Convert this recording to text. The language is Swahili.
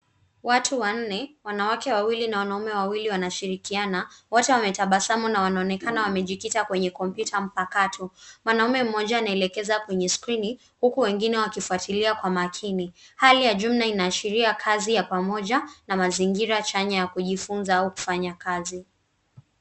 Watu wanne, wanawake wawili na wanaume wawili wanashirikiana. Wote wametabasamu na wanaonekana wamejikita kwenye kompyuta mpakato. Mwanamume mmoja anaelekeza kwenye skrini huku wengine wakifuatilia kwa makini. Hali ya jumla inaashiria kazi ya pamoja na mazingira chanya ya kujifunza au kufanya kazi.